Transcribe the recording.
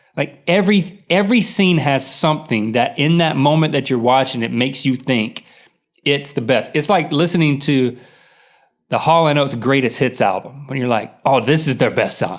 like every every scene has something that in that moment that you're watching it makes you think it's the best. it's like listening to the hall and oat's greatest hits album, when you're like, oh, this is their best song,